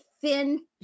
thin